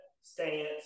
stance